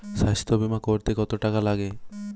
স্বাস্থ্যবীমা করতে কত টাকা লাগে?